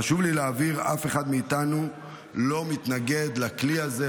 חשוב לי להבהיר שאף אחד מאיתנו לא מתנגד לכלי הזה,